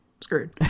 screwed